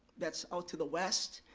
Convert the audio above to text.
that's out to the west,